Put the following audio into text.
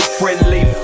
friendly